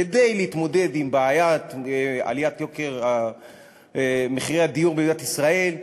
כדי להתמודד עם בעיית עליית מחירי הדיור במדינת ישראל,